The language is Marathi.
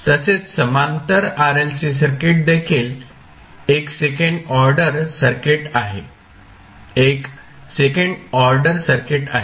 तसेच समांतर RLC सर्किट देखील एक सेकंड ऑर्डर सर्किट आहे